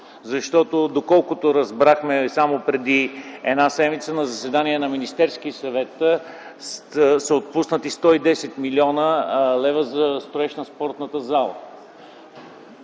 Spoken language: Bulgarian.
път? Доколкото разбрахме, само преди една седмица на заседание на Министерския съвет са отпуснати 110 млн. лв. за строеж на спортната зала.